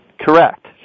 Correct